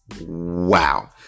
Wow